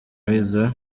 weasel